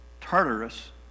Tartarus